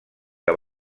que